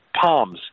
palms